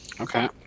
Okay